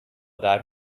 that